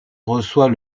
reçoit